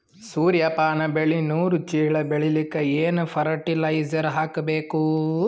ಸೂರ್ಯಪಾನ ಬೆಳಿ ನೂರು ಚೀಳ ಬೆಳೆಲಿಕ ಏನ ಫರಟಿಲೈಜರ ಹಾಕಬೇಕು?